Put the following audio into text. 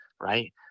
Right